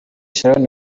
sharon